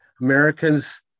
Americans